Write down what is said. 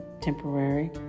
temporary